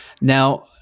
Now –